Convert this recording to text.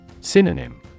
Synonym